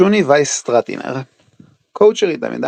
שוני וייס סטרטינר קואוצ'רית אמידה